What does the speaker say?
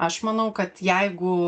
aš manau kad jeigu